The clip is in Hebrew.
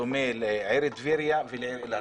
בדומה לעיר טבריה ולעיר אילת.